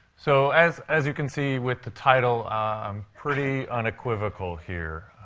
so as as you can see with the title, i'm pretty unequivocal here.